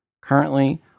Currently